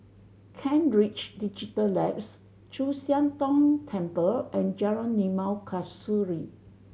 Kent Ridge Digital Labs Chu Siang Tong Temple and Jalan Limau Kasturi